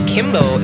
Kimbo